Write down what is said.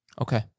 Okay